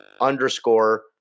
underscore